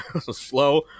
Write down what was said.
slow